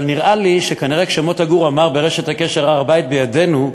אבל נראה לי שכנראה כשמוטה גור אמר ברשת הקשר: הר-הבית בידינו,